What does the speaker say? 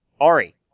Ari